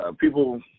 people